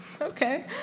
Okay